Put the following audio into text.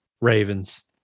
Ravens